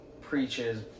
preaches